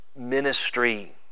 ministry